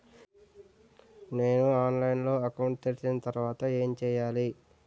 నేను ఆన్లైన్ లో అకౌంట్ తెరిచిన తర్వాత ఏం చేయాలి?